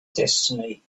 destiny